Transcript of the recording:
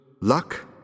luck